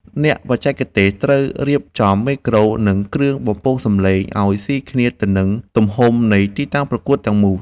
អ្នកបច្ចេកទេសត្រូវរៀបចំមេក្រូ និង គ្រឿងបំពងសម្លេងឱ្យស៊ីគ្នាទៅនឹងទំហំនៃទីតាំងប្រកួតទាំងមូល។